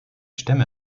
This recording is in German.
stämme